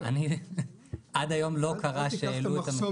אני עד היום לא קרה שהעלו את המחיר